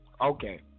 okay